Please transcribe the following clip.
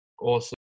Awesome